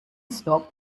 stock